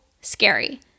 scary